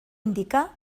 indica